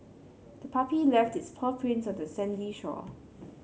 the puppy left its paw prints on the sandy shore